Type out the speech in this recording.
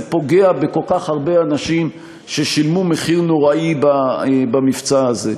זה פוגע בכל כך הרבה אנשים ששילמו מחיר נוראי במבצע הזה.